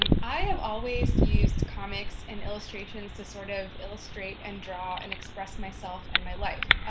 and i have always used comics and illustrations to sort of illustrate, and draw, and express myself and my life.